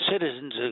citizens